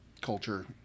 culture